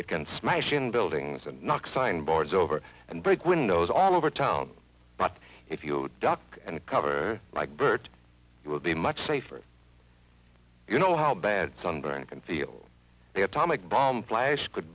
it can smash in buildings and knock signboards over and break windows all over town but if you duck and cover like bird you will be much safer if you know how bad sunburn can feel the atomic bomb flash could